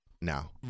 now